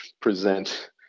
present